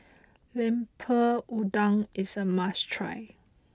Lemper Udang is a must try